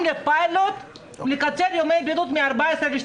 לפיילוט לקצר את ימי הבידוד מ-14 ל-12,